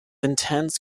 intense